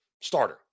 Starter